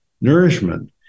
nourishment